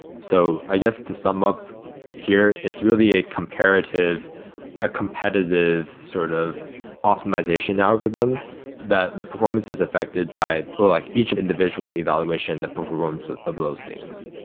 so i guess to sum up here, it's really a competitive ah competitive sort of optimization algorithm that the performance is affected by like each individual evaluation, the performance of of those things.